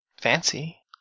fancy